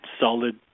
solid